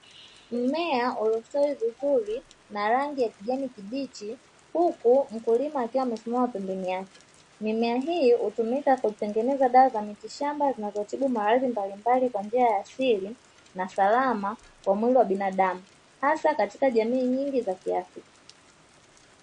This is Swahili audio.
Mmea uliostawi vizuri na rangi ya kijani kibichi, huku mkulima akiwa amesimama pembeni yake, mimea hii hutumika kutengeneza dawa za miti shamba hutibu maradhi mbalimbali kwa njia ya asili, na salama kwa mwili wa binadamu hasa katika jamii nyingi za kiafrika.